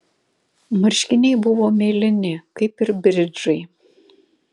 marškiniai buvo mėlyni kaip ir bridžai